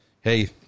hey